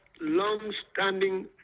long-standing